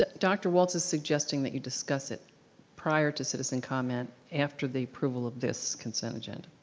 ah dr. walt is suggesting that you discuss it prior to citizen comment, after the approval of this consent agenda.